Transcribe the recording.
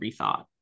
rethought